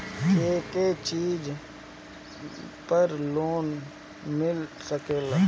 के के चीज पर लोन मिल सकेला?